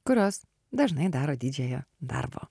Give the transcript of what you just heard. kurios dažnai daro didžiąją darbo